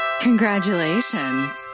Congratulations